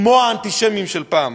כמו האנטישמיים של פעם.